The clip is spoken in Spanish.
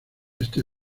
este